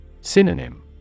Synonym